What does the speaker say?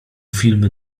filmy